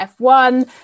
F1